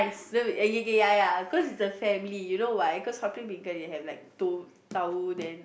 no okay k ya ya cause it's a family you know why cause they have like tauhu then